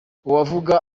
uwavuga